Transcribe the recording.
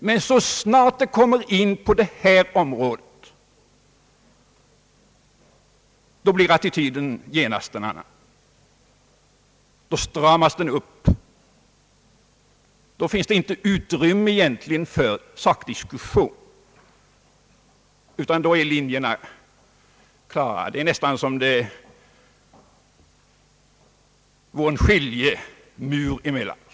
Men så snart vi kommer in på detta område blir attityden genast en annan. Då stramas den åt. Då finns det egentligen inte utrymme för sakdiskussion, utan då är linjerna klara. Det är nästan som om det vore en skiljemur emellan oss.